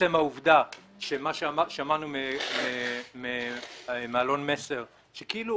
מה ששמענו מאלון מסר, כאילו